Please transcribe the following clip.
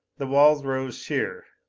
the walls rose sheer.